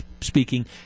speaking